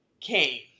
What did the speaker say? came